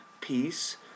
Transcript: piece